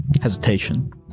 hesitation